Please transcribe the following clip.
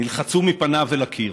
נלחצו מפניו אל הקיר.